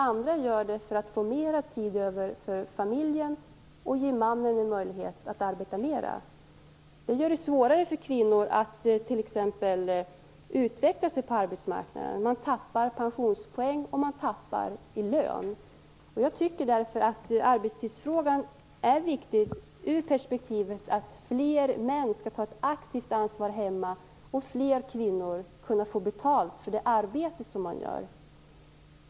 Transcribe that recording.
Andra gör det för att få mer tid över för familjen och för att ge mannen en möjlighet att arbeta mer. Det gör det svårare för kvinnor att t.ex. utveckla sig på arbetsmarknaden. Man tappar pensionspoäng och man tappar i lön. Jag tycker därför att arbetstidsfrågan är viktig ur perspektivet att fler män skall ta ett aktivt ansvar hemma och fler kvinnor kunna få betalt för det arbete de gör.